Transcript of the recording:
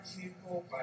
people